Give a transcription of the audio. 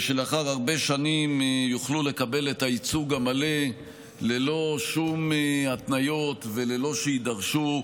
ולאחר הרבה שנים יוכלו לקבל את הייצוג המלא ללא שום התניות וללא שיידרשו